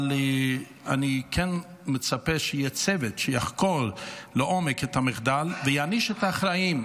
אבל אני כן מצפה שיהיה צוות שיחקור לעומק את המחדל ויעניש את האחראים.